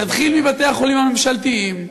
נתחיל מבתי-החולים הממשלתיים,